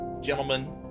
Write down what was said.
gentlemen